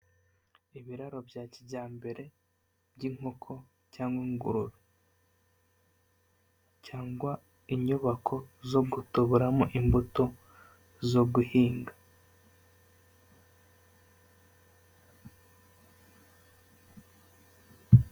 Ibiraro bya kijyambere by'inkoko cyangwa ingurube, cyangwa inyubako zo gutuburamo imbuto zo guhinga.